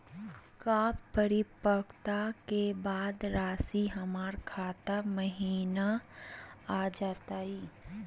का परिपक्वता के बाद रासी हमर खाता महिना आ जइतई?